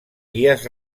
guies